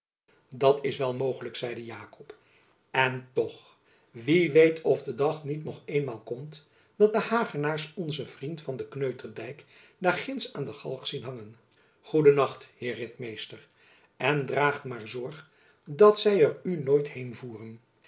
dat is wel mogelijk zeide jakob en toch wie weet of de dag niet nog eenmaal komt dat de hagenaars onzen vriend van den kneuterdijk daar ginds aan den galg zien hangen goeden nacht heer ritmeester en draag maar zorg dat zy er u nooit heen voeren